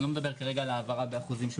אני לא מדבר כרגע על העברה באחוזים,